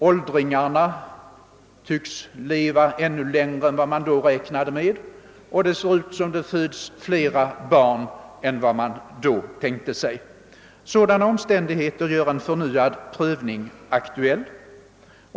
Åldringarna tycks leva ännu längre än vad man då räknade med, och det ser ut som om det föds fler barn än man tänkt sig. Sådana omständigheter gör en förnyad prövning aktuell.